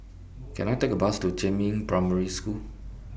Can I Take A Bus to Jiemin Primary School